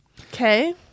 Okay